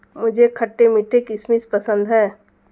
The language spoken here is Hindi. मुझे खट्टे मीठे किशमिश पसंद हैं